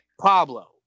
Pablo